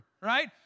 right